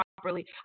properly